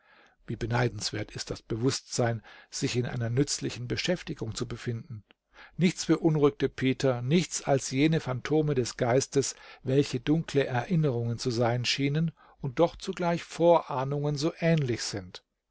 wie beneidenswert ist das bewußtsein sich in einer nützlichen beschäftigung zu befinden nichts beunruhigte peter nichts als jene phantome des geistes welche dunkle erinnerungen zu sein scheinen und doch zugleich vorahnungen so ähnlich sind